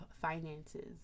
finances